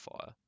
fire